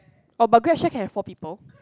oh but Grab share can have four people